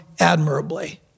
admirably